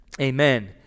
amen